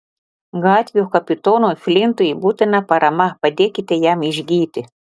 gatvių kapitonui flintui būtina parama padėkite jam išgyti